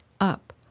Up